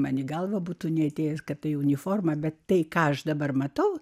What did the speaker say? man į galvą būtų neatėjęs kad tai uniforma bet tai ką aš dabar matau